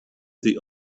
the